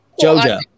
JoJo